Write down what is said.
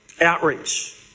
outreach